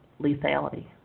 lethality